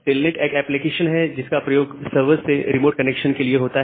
telnet एक application है जिसका प्रयोग सरवर से रिमोट कनेक्शन के लिए होता है